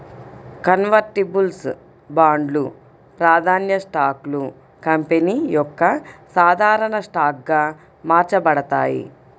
convertibles బాండ్లు, ప్రాధాన్య స్టాక్లు కంపెనీ యొక్క సాధారణ స్టాక్గా మార్చబడతాయి